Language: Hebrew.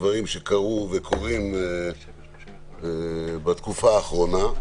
מספר דברים שקרו וקורים בתקופה האחרונה.